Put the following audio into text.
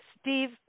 Steve